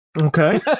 Okay